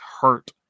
hurt